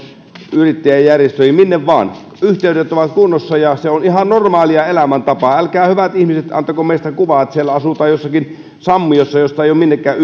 yrittäjäjärjestöihin minne vain yhteydet ovat kunnossa ja se on ihan normaalia elämäntapaa älkää hyvät ihmiset antako meistä kuvaa että siellä asutaan jossakin sammiossa josta ei ole yhteyksiä minnekään